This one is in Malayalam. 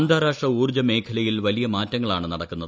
അന്താരാഷ്ട്ര ഊർജ്ജ മേഖലയിൽ വലിയ മാറ്റങ്ങളാണ് നടക്കുന്നത്